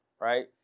right